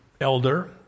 elder